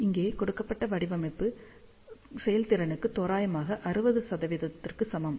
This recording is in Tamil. இங்கே கொடுக்கப்பட்ட வடிவமைப்பு செயல்திறனுக்கு தோராயமாக 60 க்கு சமம்